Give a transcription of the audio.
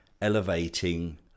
elevating